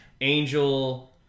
Angel